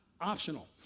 optional